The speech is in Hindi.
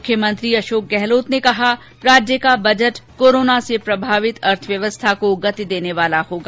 मुख्यमंत्री अशोक गहलोत ने कहा राज्य का बजट कोरोना से प्रभावित अर्थव्यवस्था को गति देने वाला होगा